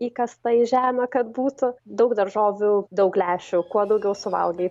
įkasta į žemę kad būtų daug daržovių daug lęšių kuo daugiau suvalgai